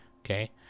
Okay